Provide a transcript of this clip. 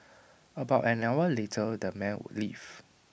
about an hour later the men would leave